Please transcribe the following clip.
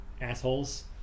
assholes